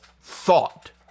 thought